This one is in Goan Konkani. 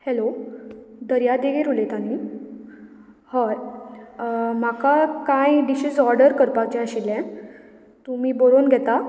हेलो दर्यादेगर उलयता न्ही हय म्हाका कांय डिशीज ऑर्डर करपाचे आशिल्ले तुमी बरोवन घेता